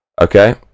okay